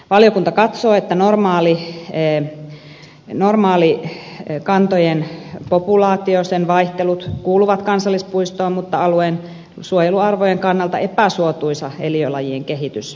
valiokunta katsoo että normaalit kantojen populaatiovaihtelut kuuluvat kansallispuistoon mutta alueen suojeluarvojen kannalta epäsuotuisa eliölajien kehitys pitää voida estää